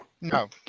No